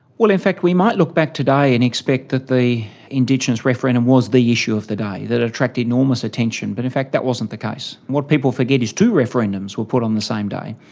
well, in fact we might look back today and expect that the indigenous referendum was the issue of the day, that it attracted enormous attention, but in fact that wasn't the case. what people forget is two referendums were put on the same day.